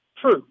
True